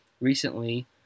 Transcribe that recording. recently